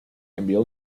envió